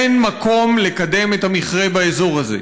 אין מקום לקדם את המכרה באזור הזה.